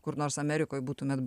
kur nors amerikoj būtumėt